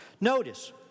Notice